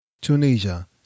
Tunisia